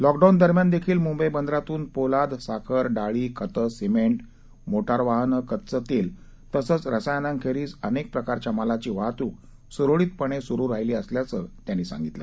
lockdown दरम्यान देखील मुंबई बंदरातून पोलाद साखर डाळी खतं सिमेंट मोटार वाहनं कच्च तेल तसंच रसायनांखेरीज अनेक प्रकारच्या मालाची वाहतूक सुरळीतपणे सुरु राहिली असल्याचं त्यांनी पुढे सांगितलं